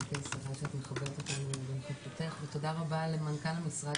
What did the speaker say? אני שמחה שאת מכבדת אותנו בנוכחותך ותודה רבה למנכ"ל המשרד